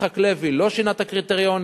יצחק לוי לא שינה את הקריטריונים,